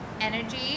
energy